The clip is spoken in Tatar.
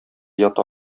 ята